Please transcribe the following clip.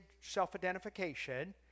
self-identification